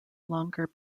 longer